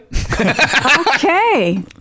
Okay